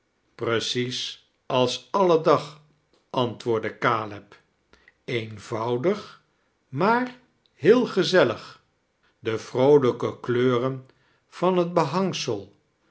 precies als alle dag antwoordde caleb eenvoudig maar heel gezellig de vroolijke kleuren van het behangsel